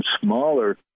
smaller